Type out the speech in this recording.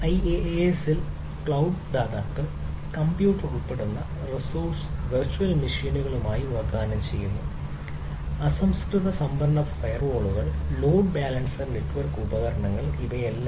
IaaS ൽ cloud ദാതാക്കൾ computer ഉൾപ്പെടുന്ന റിസോഴ്സ്കൾ വിർച്വൽ മെഷീനുകളായി വാഗ്ദാനം ചെയ്യുന്നു അസംസ്കൃത സംഭരണ ഫയർവാളുകൾ ലോഡ് ബാലൻസർ നെറ്റ്വർക്ക് ഉപകരണങ്ങൾ എന്നിവയെല്ലാം